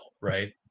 right